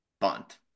bunt